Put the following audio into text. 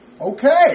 Okay